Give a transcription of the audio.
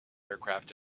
aircraft